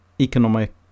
economic